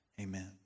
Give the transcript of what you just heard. amen